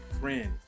friend